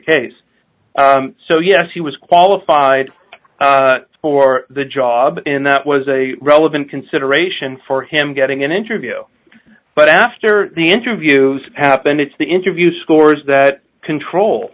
case so yes he was qualified for the job in that was a relevant consideration for him getting an interview but after the interview happened it's the interview scores that control